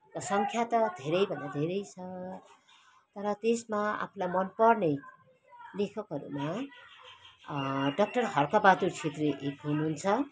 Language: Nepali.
सङ्ख्या त धेरैभन्दा धेरै छ तर त्यसमा आफूलाई मन पर्ने लेखकहरूमा डक्टर हर्कबहादुर छेत्री एक हुनुहुन्छ